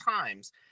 times